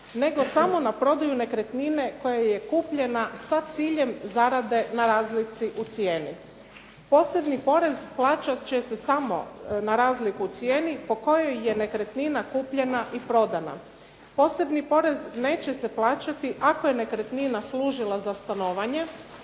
nego samo na prodaju nekretnine koja je kupljena sa ciljem zarade na razlici u cijeni. Posebni porez plaćat će se samo na razliku u cijenu po kojoj je nekretnina kupljena i prodana. Posebni porez neće se plaćati ako je nekretnina služila za stanovanje